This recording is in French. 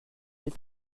est